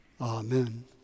Amen